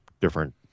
different